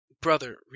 brother